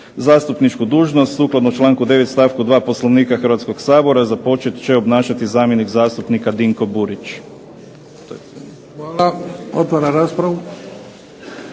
Zastupničku dužnost sukladno članku 9. stavku 2. Poslovnika Hrvatskoga sabora započet će obnašati zamjenik zastupnika Dinko Burić. **Bebić, Luka